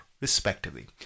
respectively